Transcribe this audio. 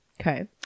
Okay